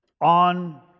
on